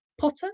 potter